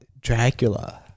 Dracula